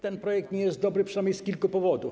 Ten projekt nie jest dobry przynajmniej z kilku powodów.